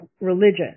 religion